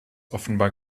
offenbar